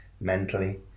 mentally